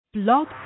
Blog